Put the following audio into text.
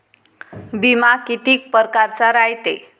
बिमा कितीक परकारचा रायते?